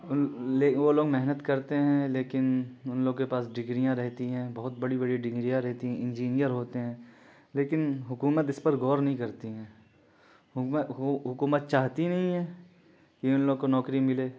وہ لوگ محنت کرتے ہیں لیکن ان لوگ کے پاس ڈگریاں رہتی ہیں بہت بڑی بری ڈنگریا رہتی ہے انجینئر ہوتے ہیں لیکن حکومت اس پر غور نہیں کرتی ہیں حکومت چاہتی ہی نہیں ہے کہ ان لوگ کو نوکری ملے